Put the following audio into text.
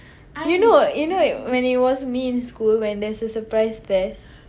you know you know when it was me in school when there's a surprise test